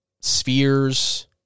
spheres